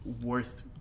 worth